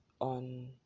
on